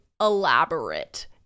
elaborate